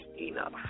enough